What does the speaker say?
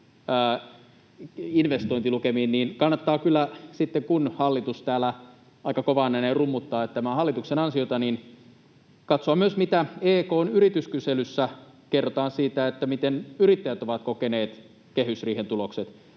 investointilukemiin, kannattaa kyllä katsoa myös — kun hallitus täällä aika kovaan ääneen rummuttaa, että tämä on hallituksen ansiota — mitä EK:n yrityskyselyssä kerrotaan siitä, miten yrittäjät ovat kokeneet kehysriihen tulokset.